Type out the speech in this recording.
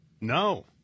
no